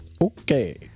Okay